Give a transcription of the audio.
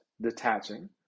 detaching